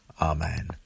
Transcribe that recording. Amen